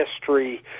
history